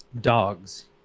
dogs